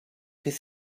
his